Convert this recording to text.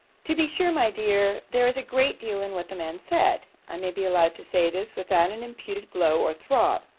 to be sure, my dear, there is a great deal in what the man said i may be allowed to say this, without an imputed glow or throb.